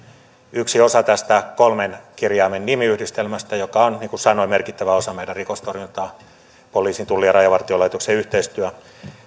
yksi osa tästä kolmen kirjaimen nimiyhdistelmästä joka on niin kuin sanoin merkittävä osa meidän rikostorjuntaamme poliisin tullin ja rajavartiolaitoksen yhteistyö